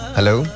Hello